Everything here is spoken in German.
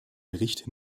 bericht